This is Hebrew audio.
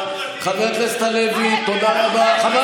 אתה יכול